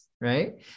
right